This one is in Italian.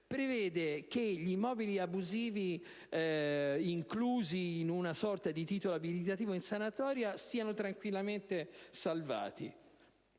prevede che gli immobili abusivi, inclusi in una sorta di titolo abilitativo in sanatoria, siano tranquillamente salvati;